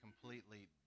completely